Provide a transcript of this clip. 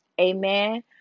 amen